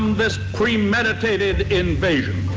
this premeditated invasion,